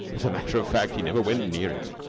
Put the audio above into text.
as a matter of fact, he never went near it.